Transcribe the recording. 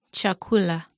Chakula